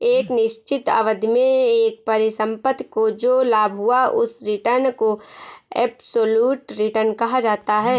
एक निश्चित अवधि में एक परिसंपत्ति को जो लाभ हुआ उस रिटर्न को एबसोल्यूट रिटर्न कहा जाता है